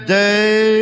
day